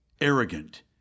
arrogant